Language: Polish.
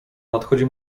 nadchodzi